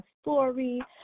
story